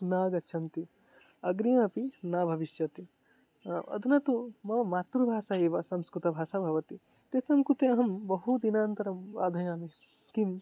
नागच्छन्ति अग्रे अपि न भविष्यति अधुना तु मम मातृभाषा एव संस्कृतभाषा भवति तेषां कृते अहं बहुदिनानन्तरं वदामि किं